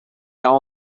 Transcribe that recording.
all